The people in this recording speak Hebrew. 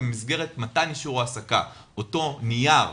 במסגרת מתן אישור העסקה, אותו אישור